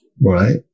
right